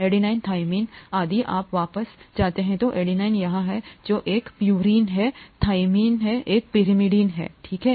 adenine थाइमिनयदि आप वापस जाते हैं तो एडेनिन यहाँ है जो एक प्यूरीन है थाइमिन यहाँ है एक pyrimidine ठीक है